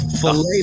filet